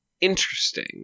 interesting